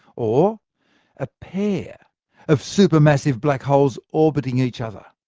or a pair of supermassive black holes orbiting each other.